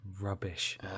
rubbish